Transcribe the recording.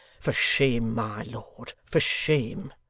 for shame, my lord, for shame